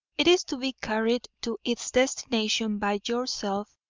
it is to be carried to its destination by yourself,